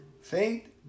Faith